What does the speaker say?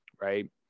right